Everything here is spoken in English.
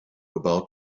about